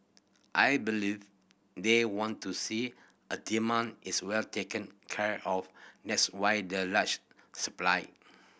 I believe they want to see a demand is well taken care of that's why the large supply